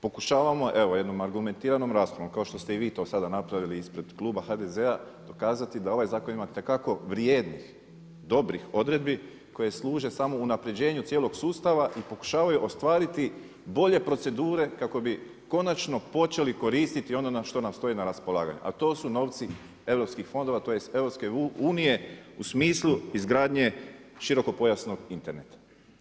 Pokušavamo evo jednom argumentiranom raspravo kao što ste i vi to sada napravili ispred kluba HDZ-a dokazati da ovaj zakon ima itekako vrijednih, dobrih odredbi koje služe samo unapređenju cijelog sustava i pokušavaju ostvariti bolje procedure kako bi konačno počeli koristiti ono što nam stoji na raspolaganju, a to su novci europskih fondova, tj. EU u smislu izgradnje širokopojasnog interneta.